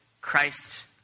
Christ